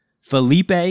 Felipe